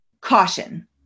caution